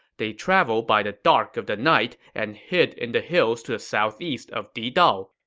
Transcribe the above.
they traveled by the dark of the night and hid in the hills to the southeast of didao.